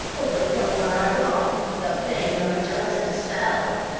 overthrown by wrong, the fane of justice fell!